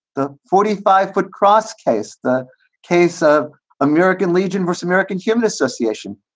the forty five foot cross case, the case of american legion vs. american human association,